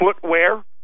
footwear